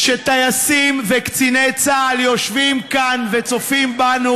כשטייסים וקציני צה"ל יושבים כאן וצופים בנו,